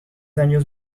años